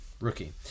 rookie